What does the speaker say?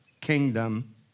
Kingdom